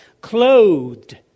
clothed